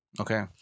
Okay